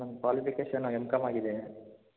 sir ನನ್ನ qualification M com ಆಗಿದೆ